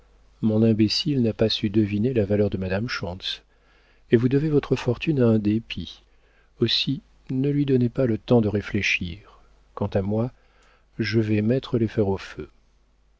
mon imbécile n'a pas su deviner la valeur de madame schontz et vous devez votre fortune à un dépit aussi ne lui donnez pas le temps de réfléchir quant à moi je vais mettre les fers au feu